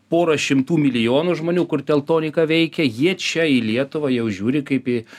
porą šimtų milijonų žmonių kur teltonika veikia jie čia į lietuvą jau žiūri kaip į